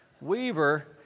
Weaver